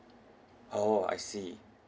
oh I see